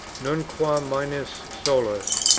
nunquam minus solus,